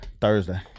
Thursday